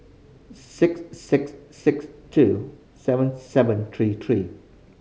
six six six two seven seven three three